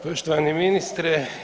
Poštovani ministre.